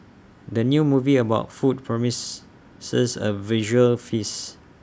the new movie about food promise six A visual feast